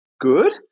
good